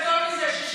גדול מזה.